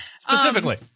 Specifically